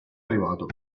arrivato